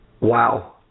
Wow